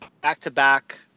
back-to-back